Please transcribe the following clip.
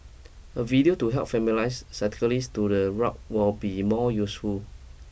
a video to help familiarise cyclist to the route will be more useful